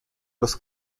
los